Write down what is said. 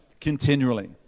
continually